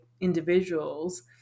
individuals